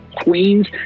Queens